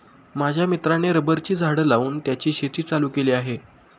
माझ्या मित्राने रबराची झाडं लावून त्याची शेती चालू केली आहे